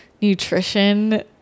nutrition